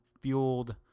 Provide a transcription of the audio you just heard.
fueled